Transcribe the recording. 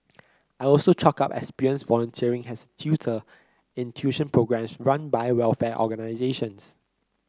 I also chalked up experience volunteering as tutor in tuition programmes run by welfare organisations